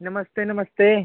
नमस्ते नमस्ते